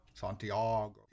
Santiago